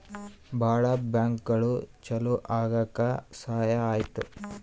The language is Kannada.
ಭಾಳ ಬ್ಯಾಂಕ್ಗಳು ಚಾಲೂ ಆಗಕ್ ಸಹಾಯ ಆಯ್ತು